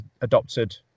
adopted